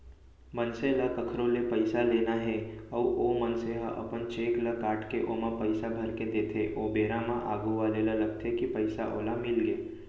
मनसे ल कखरो ले पइसा लेना हे अउ ओ मनसे ह अपन चेक ल काटके ओमा पइसा भरके देथे ओ बेरा म आघू वाले ल लगथे कि पइसा ओला मिलगे